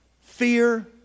fear